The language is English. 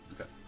Okay